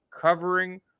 covering